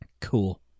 Cool